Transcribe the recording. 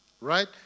Right